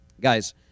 Guys